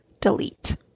Delete